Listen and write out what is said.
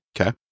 Okay